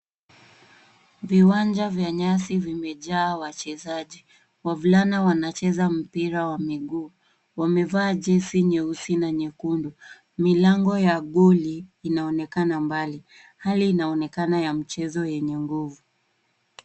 Viwanja vya nyasi vimejaa wachezaji. Wavulana wanacheza mpira wa miguu. Wamevaa jezi nyeusi na nyekundu. Milango ya goli inaonekana mbali. Hali inaonekana ya mchezo yenye nguvu.